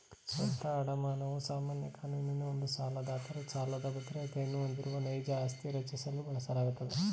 ಸ್ವಂತ ಅಡಮಾನವು ಸಾಮಾನ್ಯ ಕಾನೂನಿನ ಒಂದು ಸಾಲದಾತರು ಸಾಲದ ಬದ್ರತೆಯನ್ನ ಹೊಂದಿರುವ ನೈಜ ಆಸ್ತಿ ರಚಿಸಲು ಬಳಸಲಾಗುತ್ತೆ